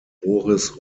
boris